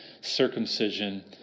circumcision